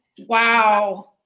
Wow